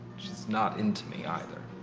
not into me either.